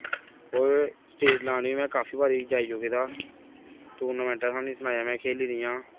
होर स्टेट लाने ई में काफी बारी जाई चुके दा टूर्नामेंटां में सनाया थाह्नूं खेल्ली दियां